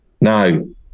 No